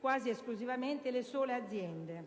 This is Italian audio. quasi esclusivamente le aziende,